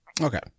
Okay